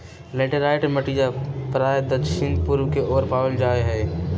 laterite मटिया प्रायः दक्षिण पूर्व के ओर पावल जाहई